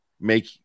make